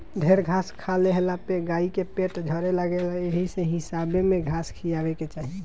ढेर घास खा लेहला पे गाई के पेट झरे लागेला एही से हिसाबे में घास खियावे के चाही